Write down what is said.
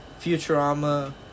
Futurama